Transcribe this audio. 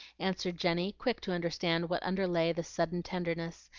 answered jenny, quick to understand what underlay this sudden tenderness,